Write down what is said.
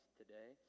today